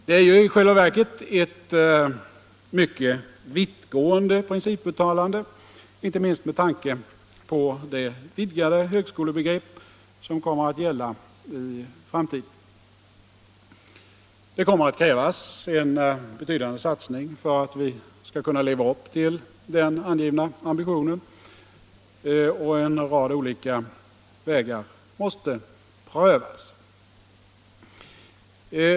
Det är ju i själva verket ett mycket vittgående principuttalande, inte minst med tanke på det vidgade högskolebegrepp som kommer att gälla i framtiden. Det kommer att krävas en betydande satsning för att man skall kunna leva upp till den angivna ambitionen, och en rad olika vägar måste prövas.